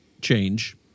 change